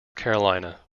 carolina